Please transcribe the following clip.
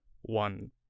one